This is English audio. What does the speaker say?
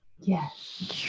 Yes